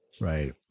Right